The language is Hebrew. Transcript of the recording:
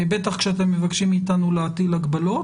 בטח כשאתם מבקשים מאיתנו להטיל הגבלות,